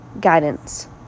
guidance